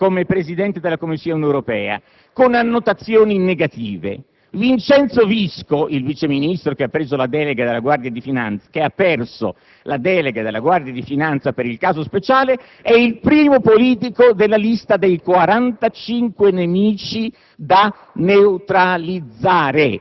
anche se archiviate, e suoi discorsi come presidente della Commissione europea, con annotazioni negative. Vincenzo Visco, il viceministro che ha perso la delega sulla Guardia di Finanza per il caso Speciale, è il primo politico della lista dei 45 nemici